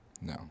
No